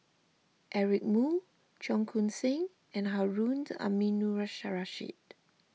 Eric Moo Cheong Koon Seng and Harund Aminurrashid